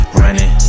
running